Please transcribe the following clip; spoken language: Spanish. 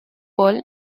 pol